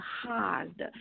hard